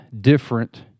different